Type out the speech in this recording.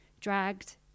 dragged